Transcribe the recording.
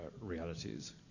realities